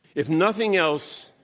if nothing else,